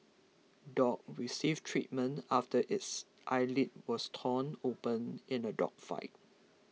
dog receives treatment after its eyelid was torn open in a dog fight